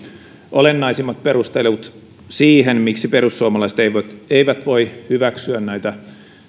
olennaisimmat perustelut siihen miksi perussuomalaiset eivät eivät voi hyväksyä näitä